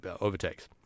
overtakes